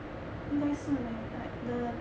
应该是 leh err the